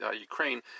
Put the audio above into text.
Ukraine